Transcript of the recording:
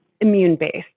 immune-based